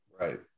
right